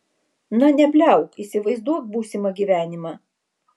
na nebliauk įsivaizduok būsimą gyvenimą